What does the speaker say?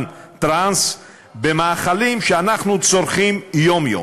טראנס במאכלים שאנחנו צורכים יום-יום,